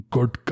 Good